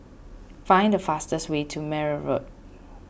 find the fastest way to Meyer Road